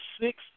six